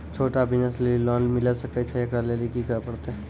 छोटा बिज़नस लेली लोन मिले सकय छै? एकरा लेली की करै परतै